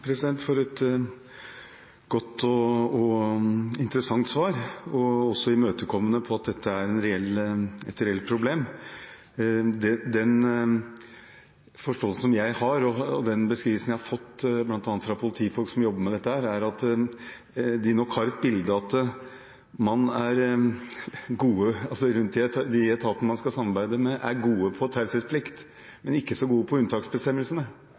for et godt og interessant svar, som også er imøtekommende på at dette er et reelt problem. Den forståelsen jeg har, og den beskrivelsen jeg har fått bl.a. fra politifolk som jobber med dette, er at en nok har et bilde av at man rundt i de etatene man skal samarbeide med, er gode på taushetsplikt, men ikke så gode på unntaksbestemmelsene